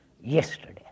yesterday